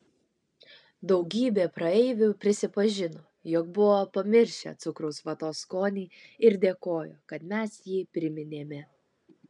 daugybė praeivių prisipažino jog buvo pamiršę cukraus vatos skonį ir dėkojo kad mes jį priminėme